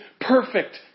perfect